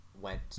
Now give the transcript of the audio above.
went